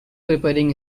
preparing